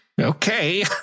Okay